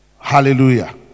Hallelujah